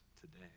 today